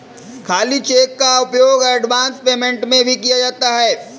खाली चेक का उपयोग एडवांस पेमेंट में भी किया जाता है